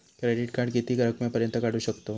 Credit card किती रकमेपर्यंत काढू शकतव?